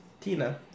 Tina